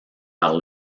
par